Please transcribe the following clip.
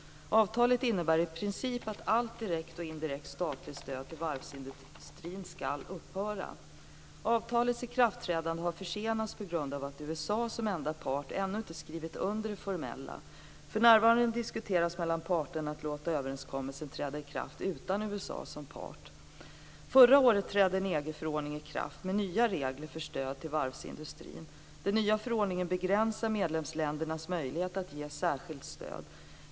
Avtalet innebär i princip att allt direkt och indirekt statligt stöd till varvsindustrin skall upphöra. Avtalets ikraftträdande har försenats på grund av att USA som enda part ännu inte har skrivit under det formellt. För närvarande diskuteras mellan parterna att låta överenskommelsen träda i kraft utan USA som part. Förra året trädde en EG-förordning i kraft med nya regler för stöd till varvsindustrin. Den nya förordningen begränsar medlemsländernas möjligheter att ge särskilt stöd.